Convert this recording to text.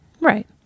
Right